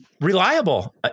reliable